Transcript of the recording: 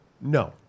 No